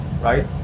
right